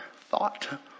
thought